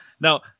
Now